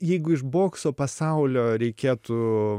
jeigu iš bokso pasaulio reikėtų